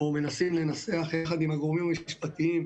או מנסים לנסח יחד עם הגורמים המשפטיים,